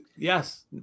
Yes